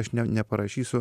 aš ne neparašysiu